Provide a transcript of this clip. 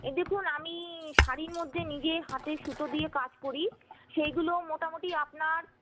এই দেখুন আমি শাড়ির মধ্যে নিজের হাতে সুতো দিয়ে কাজ করি সেইগুলো মোটামোটি আপনার